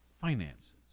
finances